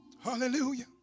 Hallelujah